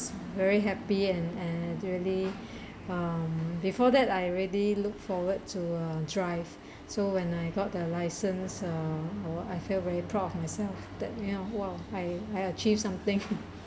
very happy and and really um before that I already look forward to uh drive so when I got the licence uh I feel very proud of myself that you know !wow! I I achieve something